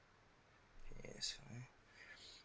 yes mm